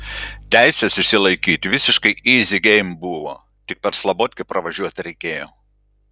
teises išsilaikyt visiškai yzi geim buvo tik per slabotkę pravažiuot reikėjo